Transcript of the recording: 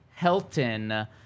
Helton